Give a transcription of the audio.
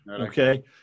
Okay